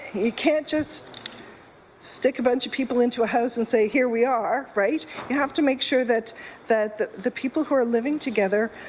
can't just so take a bunch of people into a house and say here we are, right? you have to make sure that that the people who are living together